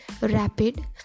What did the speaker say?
rapid